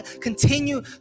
continue